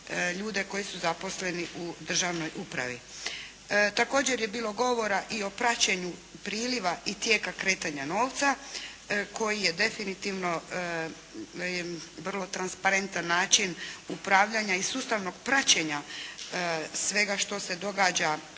koji su zaposleni u državnoj upravi. Također je bilo govora i o praćenju priliva i tijeka kretanja novca koji je definitivno vrlo transparentan način upravljanja i sustavnog praćenja svega što se događa